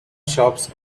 shops